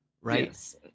right